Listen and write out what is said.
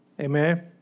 Amen